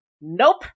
Nope